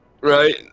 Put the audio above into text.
Right